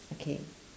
okay